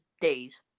days